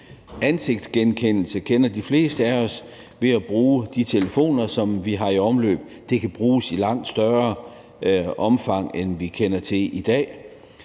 ansigtsgenkendelse kender de fleste af os ved at bruge de telefoner, som er i omløb. Det kan bruges i langt større omfang, end vi kender til i dag.